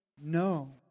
no